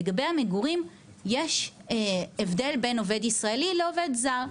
לגבי המגורים, יש הבדל בין עובד ישראלי לעובד זר.